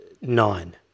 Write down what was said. nine